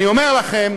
אני אומר לכם,